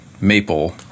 maple